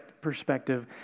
perspective